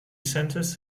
centres